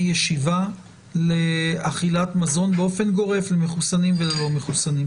ישיבה לאכילת מזון באופן גורף למחוסנים וללא מחוסנים.